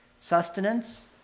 sustenance